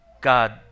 God